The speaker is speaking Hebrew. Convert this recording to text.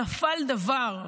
נפל דבר.